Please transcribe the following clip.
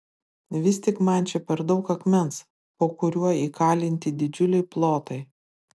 vis tik man čia per daug akmens po kuriuo įkalinti didžiuliai plotai